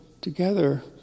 together